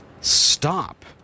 stop